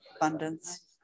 abundance